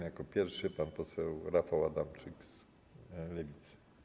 Jako pierwszy pan poseł Rafał Adamczyk z Lewicy.